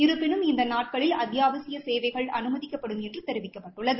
இருப்பினும் இந்த நாட்களில் அத்தியாவசிய சேவைகள் அனுமதிக்கப்படும் என்று தெரிவிக்கப்பட்டுள்ளது